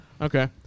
Okay